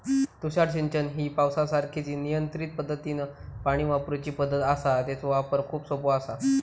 तुषार सिंचन ही पावसासारखीच नियंत्रित पद्धतीनं पाणी वापरूची पद्धत आसा, तेचो वापर खूप सोपो आसा